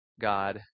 God